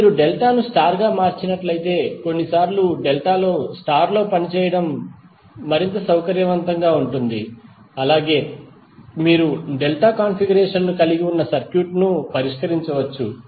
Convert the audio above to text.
ఇప్పుడు మీరు డెల్టా ను స్టార్ గా మార్చినట్లయితే కొన్నిసార్లు డెల్టా లో కంటే స్టార్ లో పనిచేయడం మరింత సౌకర్యవంతంగా ఉంటుంది అలాగే మీరు డెల్టా కాన్ఫిగరేషన్ ను కలిగి ఉన్న సర్క్యూట్ను పరిష్కరించవచ్చు